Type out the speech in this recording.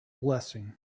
blessing